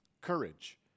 courage